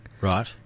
Right